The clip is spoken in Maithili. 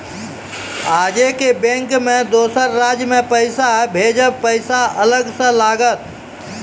आजे के बैंक मे दोसर राज्य मे पैसा भेजबऽ पैसा अलग से लागत?